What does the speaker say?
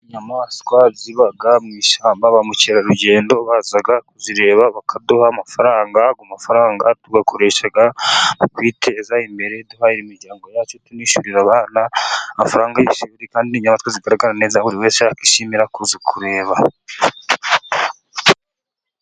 Inyamaswa ziba mu ishyamba ba mukerarugendo baza kuzireba bakaduha amafaranga; ayo mafaranga tuyakoresha mu kwiteza imbere, duhahira imiryango yacu, tunishyurira abana amafaranga y'ishuri, kandi ni inyamaswa zigaragara neza buri wese yakwishimira kuza kuzireba.